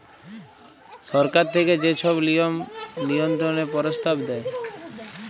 সরকার থ্যাইকে যে ছব লিয়ম লিয়ল্ত্রলের পরস্তাব দেয়